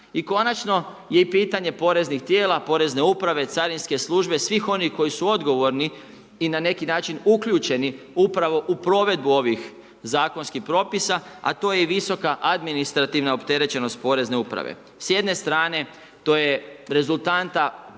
I konačno je i pitanje poreznih tijela, porezne uprave, carinske službe, svih onih koji su odgovorni i na neki način uključeni upravo u provedbu ovih zakonskih propisa a to je i visoka administrativna opterećenost porezne uprave. S jedne strane to je rezultanta